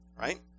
right